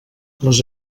les